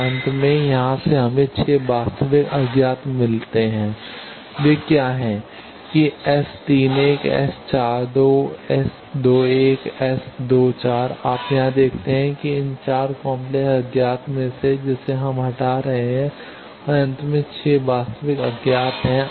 तो अंत में यहाँ से हमें 6 वास्तविक अज्ञात मिले हैं वे क्या हैं कि S 3 1 S4 2 S 21 S 24आप यहाँ देखते हैं कि इस 4 काम्प्लेक्स अज्ञात में से जिसे हम हटा रहे हैं और अंत में 6 वास्तविक अज्ञात हैं